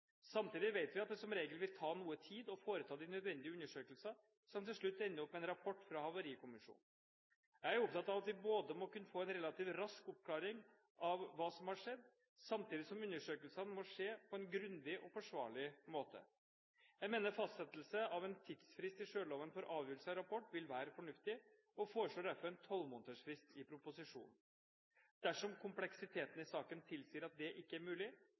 Samtidig vet vi at det som regel vil ta noe tid å foreta de nødvendige undersøkelser, som til slutt ender opp med en rapport fra Havarikommisjonen. Jeg er opptatt av at vi må kunne få en relativt rask avklaring av hva som har skjedd, samtidig som undersøkelsen må skje på en grundig og forsvarlig måte. Jeg mener fastsettelse av en tidsfrist i sjøloven for avgivelse av rapport vil være fornuftig, og foreslår derfor en tolv måneders frist i proposisjonen. Dersom kompleksiteten i saken tilsier at det ikke er mulig,